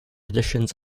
editions